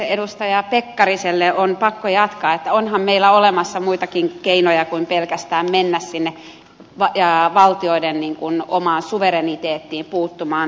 edustaja pekkariselle on pakko jatkaa että onhan meillä olemassa muitakin keinoja kuin pelkästään mennä sinne valtioiden omaan suvereniteettiin puuttumaan